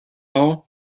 all